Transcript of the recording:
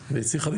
ההורה והתלמיד.